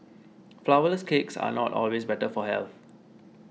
flour less cakes are not always better for health